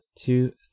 two